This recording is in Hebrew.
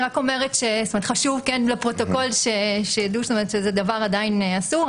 חשוב לפרוטוקול שידעו שזה דבר עדיין אסור.